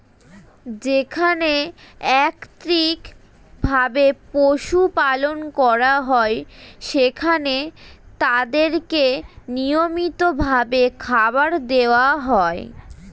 যেখানে একত্রিত ভাবে পশু পালন করা হয়, সেখানে তাদেরকে নিয়মিত ভাবে খাবার দেওয়া হয়